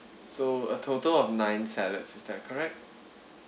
so a total of nine salads is that correct